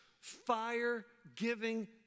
fire-giving